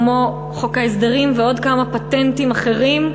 כמו חוק ההסדרים ועוד כמה פטנטים אחרים,